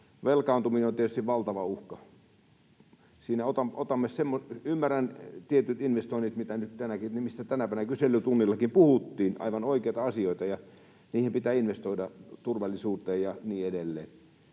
velkaantuminen on tietysti valtava uhka. Ymmärrän tietyt investoinnit, mistä nyt tänäpänä kyselytunnillakin puhuttiin — aivan oikeita asioita, ja niihin pitää investoida, turvallisuuteen ja niin edelleen